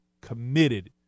committed